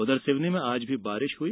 उधर सिवनी में आज भी बारिश हुई